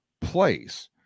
place